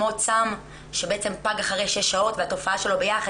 עוד סם שבעצם פג אחרי שש שעות והתופעה שלו ביחד.